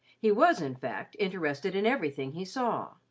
he was, in fact, interested in everything he saw.